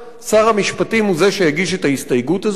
שר המשפטים הוא זה שהגיש את ההסתייגות הזאת